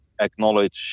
acknowledge